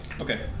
Okay